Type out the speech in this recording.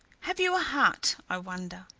have you a heart, i wonder?